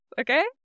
okay